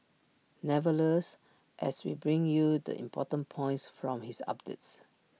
nevertheless as we bring you the important points from his updates